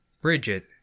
Bridget